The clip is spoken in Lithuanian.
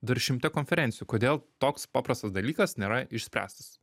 dar šimtą konferencijų kodėl toks paprastas dalykas nėra išspręstas